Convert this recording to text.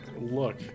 look